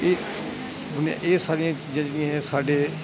ਇਹ ਹੁਣ ਇਹ ਸਾਰੀਆਂ ਚੀਜ਼ਾਂ ਜਿਹੜੀਆਂ ਹੈ ਸਾਡੇ